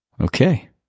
Okay